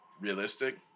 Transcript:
realistic